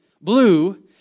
blue